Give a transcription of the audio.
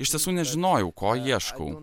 iš tiesų nežinojau ko ieškau